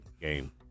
game